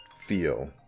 feel